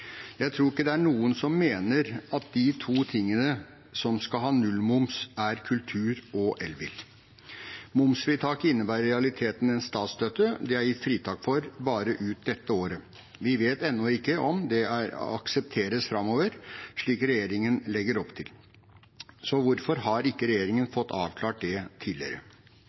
Jeg tror ikke det er noen som mener at de to tingene som skal ha nullmoms, er kultur og elbil. Momsfritaket innebærer i realiteten en statsstøtte det er gitt fritak for bare ut dette året. Vi vet ennå ikke om det aksepteres framover, slik regjeringen legger opp til. Så hvorfor har ikke regjeringen fått avklart det tidligere?